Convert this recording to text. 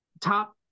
top